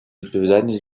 відповідальність